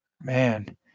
Man